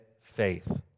faith